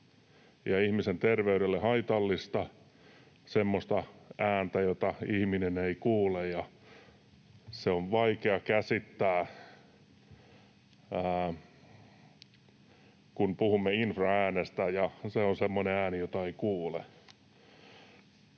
ja ihmisen terveydelle haitallista, semmoista ääntä, jota ihminen ei kuule, ja se on vaikea käsittää, kun puhumme infraäänestä, koska se on semmoinen ääni, jota ei kuule.